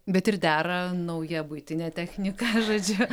bet ir dera nauja buitinė technika žodžiu